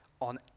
on